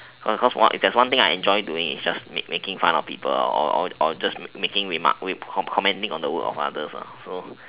cause what there's one thing I enjoy doing is just making fun of people or or just making remarks just commenting on the work of others